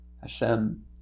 Hashem